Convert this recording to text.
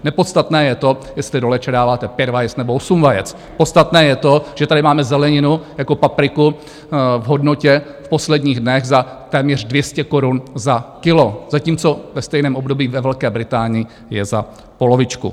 Nepodstatné je to, jestli do leča dáváte pět vajec, nebo osm vajec, podstatné je to, že tady máme zeleninu jako papriku v hodnotě v posledních dnech téměř 200 korun za kilo, zatímco ve stejném období ve Velké Británii je za polovičku.